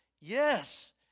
Yes